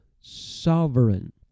sovereign